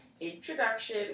introduction